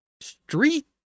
street